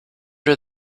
did